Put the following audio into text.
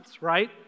right